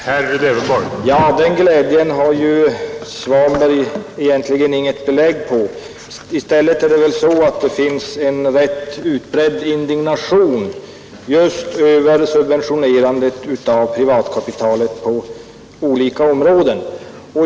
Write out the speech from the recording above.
Herr talman! Den glädjen har herr Svanberg egentligen inget belägg på. I stället finns en rätt utbredd indignation just över subventioneringen av privatkapitalet på olika områden.